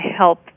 help